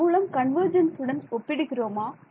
அதன்மூலம் கன்வர்ஜென்ஸ் உடன் ஒப்பிடுகிறோமா